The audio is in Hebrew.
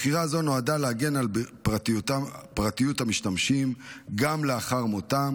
בחירה זו נועדה להגן על פרטיות המשתמשים גם לאחר מותם